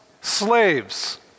Slaves